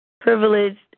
Privileged